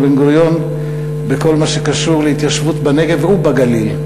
בן-גוריון בכל מה שקשור להתיישבות בנגב ובגליל.